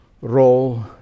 role